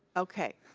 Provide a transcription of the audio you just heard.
okay,